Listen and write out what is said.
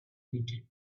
waited